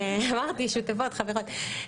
אמרתי, שותפות, חברות.